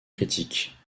critiques